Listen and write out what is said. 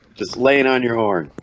just laying on your horn